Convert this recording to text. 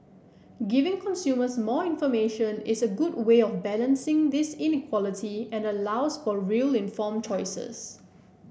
giving consumers more information is a good way of balancing this inequality and allows for real informed choices